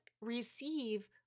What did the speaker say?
receive